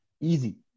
easy